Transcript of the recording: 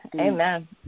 amen